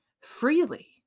freely